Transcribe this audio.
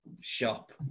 shop